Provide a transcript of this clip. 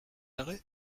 arrêt